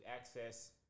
access